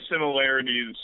similarities